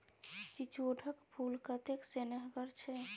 चिचोढ़ क फूल कतेक सेहनगर छै